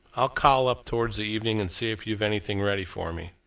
i'll call up towards the evening and see if you've anything ready for me.